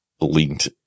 linked